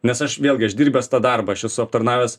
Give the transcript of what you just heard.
nes aš vėlgi aš dirbęs tą darbą aš esu aptarnavęs